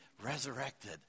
resurrected